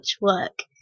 work